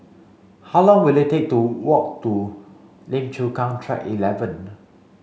how long will it take to walk to Lim Chu Kang Track eleven